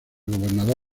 gobernador